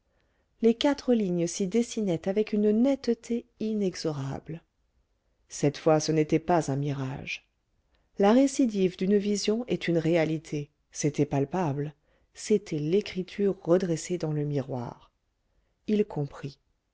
les quatre lignes s'y dessinaient avec une netteté inexorable cette fois ce n'était pas un mirage la récidive d'une vision est une réalité c'était palpable c'était l'écriture redressée dans le miroir il comprit